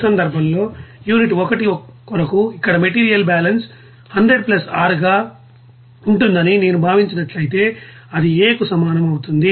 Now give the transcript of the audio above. ఈ సందర్భంలో యూనిట్ 1 కొరకు ఇక్కడ మెటీరియల్ బ్యాలెన్స్ 100 R గా ఉంటుందని నేను భావించినట్లయితే అది Aకు సమానం అవుతుంది